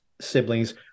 siblings